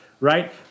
right